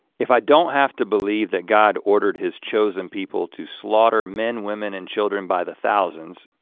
if i don't have to believe that god ordered his chosen people to slaughter men, women and children by the thousands,